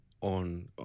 on